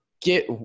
get